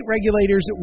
regulators